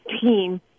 team